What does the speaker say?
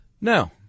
No